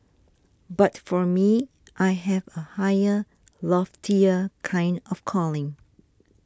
but for me I have a higher loftier kind of calling